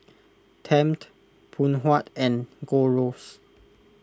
Tempt Phoon Huat and Gold Roast